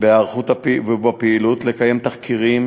בהיערכות הפעילות לקיים תחקירים,